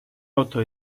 oto